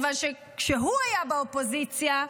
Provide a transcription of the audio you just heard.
מכיוון שכשהוא היה באופוזיציה,